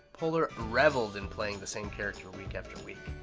poehler reveled in playing the same character week after week.